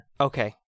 Okay